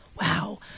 wow